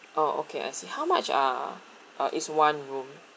oh okay I see how much are uh is one room